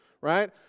right